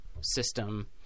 system